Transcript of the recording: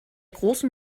großen